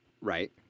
Right